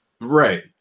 Right